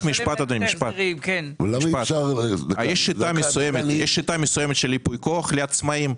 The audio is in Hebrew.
יש שיטה מסוימת של ייפוי כוח לעצמאים.